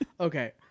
okay